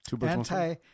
anti-